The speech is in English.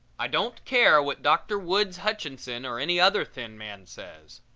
i don't care what dr. woods hutchinson or any other thin man says!